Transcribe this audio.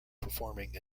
performing